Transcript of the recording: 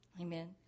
Amen